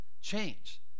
change